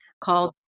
called